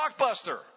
Blockbuster